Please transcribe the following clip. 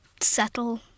settle